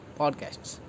podcasts